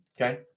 okay